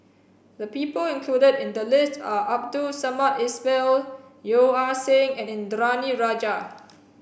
the people included in the list are Abdul Samad Ismail Yeo Ah Seng and Indranee Rajah